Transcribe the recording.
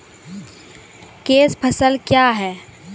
Cash फसल क्या हैं?